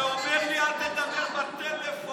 שאומר לי, אל תדבר בטלפון.